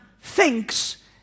thinks